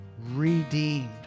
redeemed